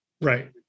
Right